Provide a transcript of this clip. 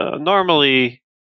normally